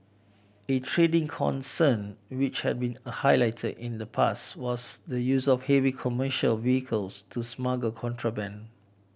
a trending concern which have been highlighted in the past was the use of heavy commercial vehicles to smuggle contraband